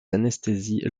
anesthésie